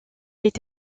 est